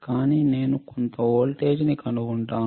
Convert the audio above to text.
కాని నేను కొంత వోల్టేజ్ని కనుగొంటాను